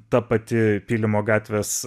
ta pati pylimo gatvės